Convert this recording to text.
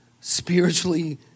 spiritually